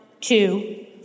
two